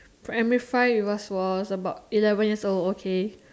primary five was was about eleven years old okay